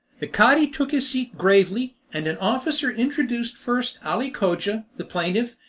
the cadi took his seat gravely, and an officer introduced first ali cogia, the plaintiff,